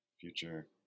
future